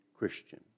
Christian